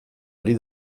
ari